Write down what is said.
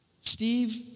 Steve